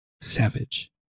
Savage